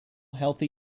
healthy